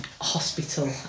hospital